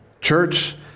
Church